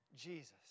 Jesus